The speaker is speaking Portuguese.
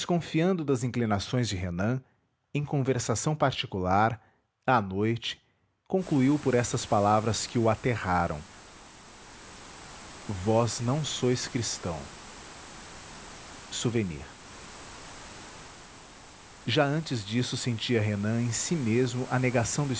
das inclinações de renan em conversação particular à noite concluiu por estas palavras que o aterraram vós não sois cristão souvenirs já antes disso sentia renan em si mesmo a negação do